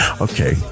okay